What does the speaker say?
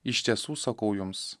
iš tiesų sakau jums